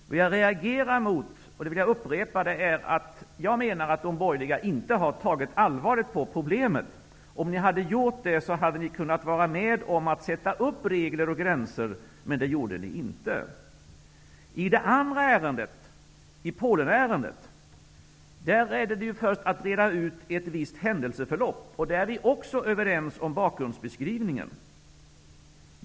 Det som jag reagerar mot, vilket jag vill upprepa, är att de borgerliga partierna inte har tagit allvarligt på problemet. Om de hade gjort det, hade de kunnat vara med om att sätta upp regler och gränser. Men det gjorde de inte. I det andra ärendet, Polenärendet, gällde det först att reda ut ett visst händelseförlopp. Där är vi också överens om bakgrundsbeskrivningen.